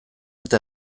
eta